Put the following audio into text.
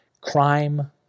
crime